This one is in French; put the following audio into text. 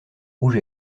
rouge